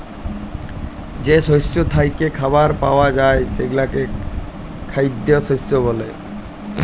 যে শস্য থ্যাইকে খাবার পাউয়া যায় সেগলাকে খাইদ্য শস্য ব্যলে